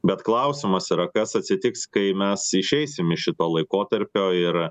bet klausimas yra kas atsitiks kai mes išeisim iš to laikotarpio ir